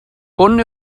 hwn